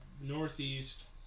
northeast